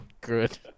Good